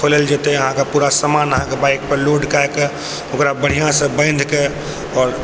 खोलल जेतै अहाँके पूरा सामान पूरा बाइकपर लोड कए कऽ ओकरा बढ़िआँसँ बान्हि कऽ आओर